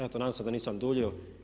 Eto nadam se da nisam duljio.